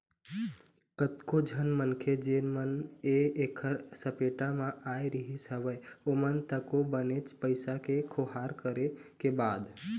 कतको झन मनखे जेन मन ह ऐखर सपेटा म आय रिहिस हवय ओमन तको बनेच पइसा के खोहार करे के बाद